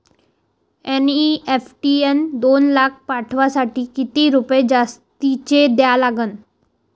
NEFT न दोन लाख पाठवासाठी किती रुपये जास्तचे द्या लागन?